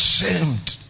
ashamed